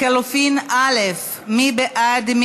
לחלופין א' מי בעד?